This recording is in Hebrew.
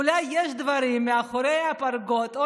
אולי יש דברים מאחורי הפרגוד או